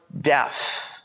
death